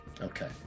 Okay